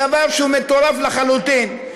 דבר שהוא מטורף לחלוטין,